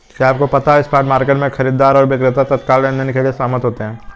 क्या आपको पता है स्पॉट मार्केट में, खरीदार और विक्रेता तत्काल लेनदेन के लिए सहमत होते हैं?